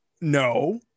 No